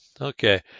Okay